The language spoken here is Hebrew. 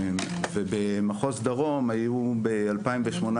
ובמחוז דרום היו ב- 2018,